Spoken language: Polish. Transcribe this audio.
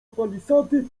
palisady